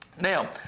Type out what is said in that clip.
Now